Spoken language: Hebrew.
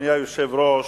אדוני היושב-ראש,